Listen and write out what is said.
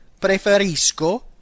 preferisco